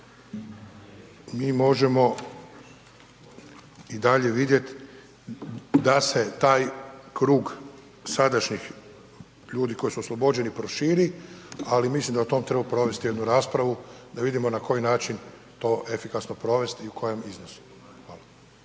mi možemo i dalje vidjeti da se taj krug sadašnjih ljudi koji su oslobođeni prošili, ali da o tome trebamo provesti jednu raspravu da vidimo na koji način to efikasno provesti i u kojem iznosu.